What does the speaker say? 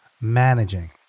managing